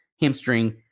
hamstring